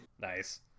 Nice